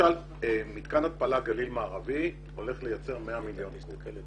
למשל מתקן התפלה גליל מערבי הולך לייצר 100 מיליון קוב.